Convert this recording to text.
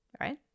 right